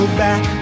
back